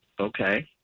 Okay